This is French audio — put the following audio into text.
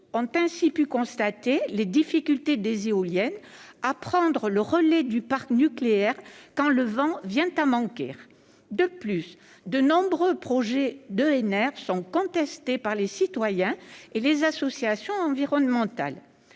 ont ainsi pu constater les difficultés des éoliennes à prendre le relais du parc nucléaire quand le vent vient à manquer. De plus, de nombreux projets d'EnR sont contestés par les citoyens et les associations environnementales.